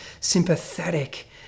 sympathetic